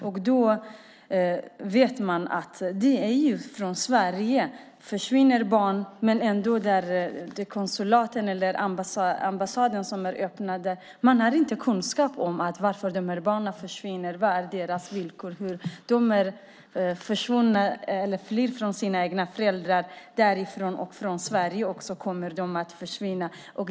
Man vet att barn försvinner från Sverige, men på den ambassad som är öppnad där har man inte kunskap om varför dessa barn försvinner och vilka villkor de har. De flyr från sina egna föräldrar där, och de försvinner också från Sverige.